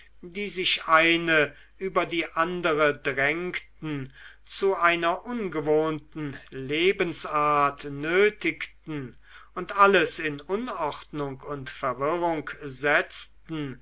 die sich eine über die andere drängten zu einer ungewohnten lebensart nötigten und alles in unordnung und verwirrung setzten